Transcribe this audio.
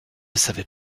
savait